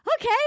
okay